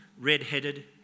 red-headed